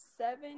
Seven